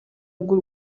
bw’u